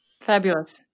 Fabulous